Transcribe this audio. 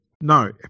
no